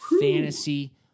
Fantasy